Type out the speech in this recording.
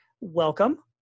welcome